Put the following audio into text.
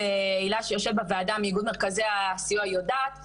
הילה שיושבת בוועדה מאיגוד מרכזי הסיוע יודעת עליהם,